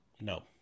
no